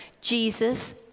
Jesus